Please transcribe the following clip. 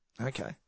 Okay